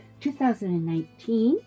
2019